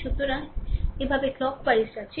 সুতরাং এভাবে clockwise যাচ্ছি